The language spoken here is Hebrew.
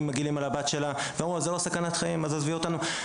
מגעילים על הבת שלה כמו: "זה לא סכנת חיים אז עזבי אותנו".